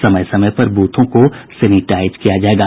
समय समय पर बूथों को सेनिटाइज किया जायेगा